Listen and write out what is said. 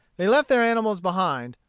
they left their animals behind